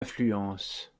influence